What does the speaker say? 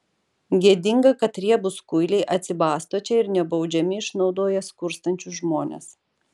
gėdinga kad riebūs kuiliai atsibasto čia ir nebaudžiami išnaudoja skurstančius žmones